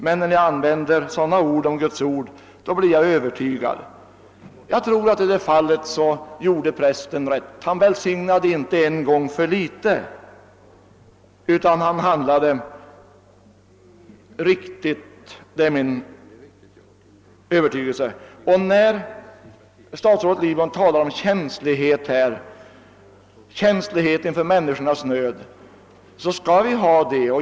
Men när ni uttalar er på detta sätt om Guds ord, blir jag övertygad.» Jag tror att prästen i detta fall gjorde rätt; han välsignade inte en gång för litet, utan han handlade riktigt. Det är min övertygelse. Vi skall, som statsrådet Lidbom sade, vara känsliga för människornas nöd.